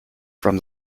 from